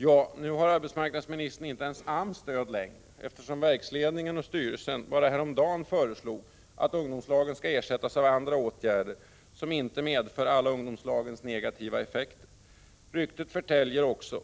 Ja, nu har arbetsmarknadsministern inte ens AMS stöd längre, eftersom verksledningen och styrelsen bara häromdagen föreslog att ungdomslagen skall ersättas av andra åtgärder som inte medför alla ungdomslagens negativa effekter. Ryktet förtäljer också